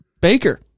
Baker